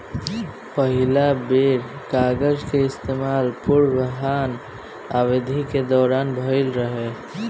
पहिला बेर कागज के इस्तेमाल पूर्वी हान अवधि के दौरान भईल रहे